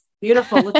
beautiful